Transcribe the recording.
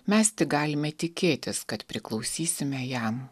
mes tik galime tikėtis kad priklausysime jam